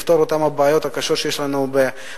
לפתור את אותן בעיות קשות שיש לנו במערכת,